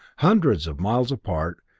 hundreds of miles apart,